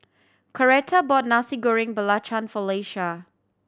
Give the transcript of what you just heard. Coretta bought Nasi Goreng Belacan for Leisha